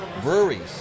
breweries